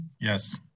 Yes